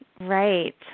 Right